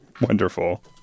Wonderful